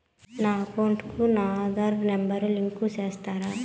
నా అకౌంట్ కు నా ఆధార్ నెంబర్ లింకు చేసారా